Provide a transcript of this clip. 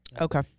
Okay